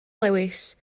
lewis